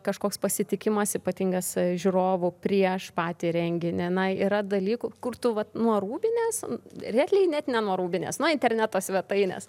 kažkoks pasitikimas ypatingas žiūrovų prieš patį renginį na yra dalykų kur tu va nuo rūbinės realiai net ne nuo rūbinės nuo interneto svetainės